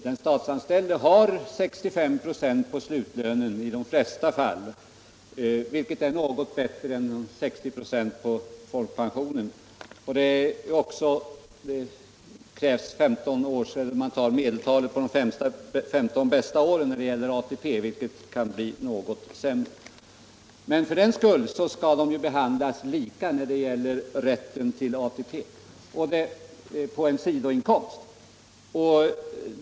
Den statsanställdes pension uppgår i de flesta fall till 65 96 på slutlönen, vilket är något bättre än ATP:s 60 96. Man går också efter medeltalet på de femton bästa åren när det gäller ATP, vilket kan ge ett något sämre resultat. Men för den skull skall ju de statsanställda behandlas lika när det gäller rätten till ATP på en sidoinkomst.